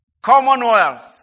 commonwealth